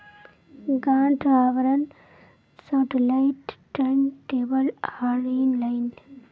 गांठ आवरण satellite turn table आर इन लाइन